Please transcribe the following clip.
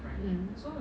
mm